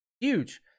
Huge